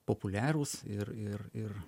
populiarūs ir ir ir